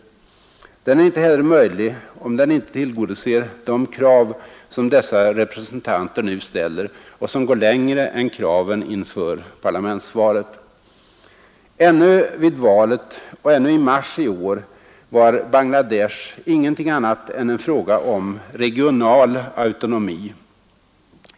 Den är inte heller möjlig om den inte tillgodoser de krav som dessa representanter nu ställer och som går längre än kraven inför parlamentsvalet. Ännu vid valet och ännu i mars i år var frågan om Bangla Desh ingenting annat än en fråga om regional autonomi.